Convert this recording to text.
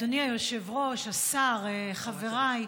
אדוני היושב-ראש, השר, חבריי,